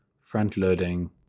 front-loading